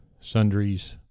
sundries